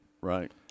Right